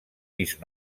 pis